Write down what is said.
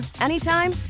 anytime